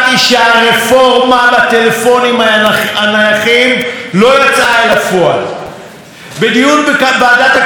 בדיון בוועדת הכלכלה באתי בטענות למנכ"ל משרד התקשורת דאז פילבר.